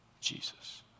Jesus